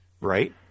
right